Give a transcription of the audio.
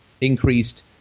increased